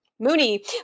Mooney